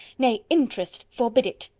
nay, interest, forbid it.